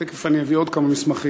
תכף אני אביא עוד כמה מסמכים,